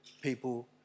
people